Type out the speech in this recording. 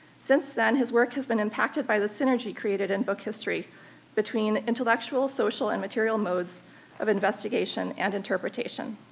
since then his work has been impacted by the synergy created in book history between intellectual, social, and material modes of investigation and interpretation.